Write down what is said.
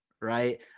right